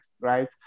right